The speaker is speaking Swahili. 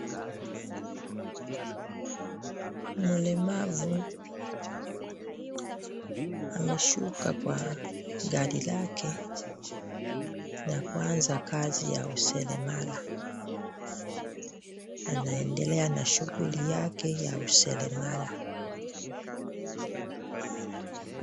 Mlemavu ameshuka kwa gari lake na kuanza kazi ya useremala. Anaendelea na shughuli yake ya useremala.